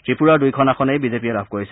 ত্ৰিপুৰাৰ দুই খন আসনেই বি জে পিয়ে লাভ কৰিছে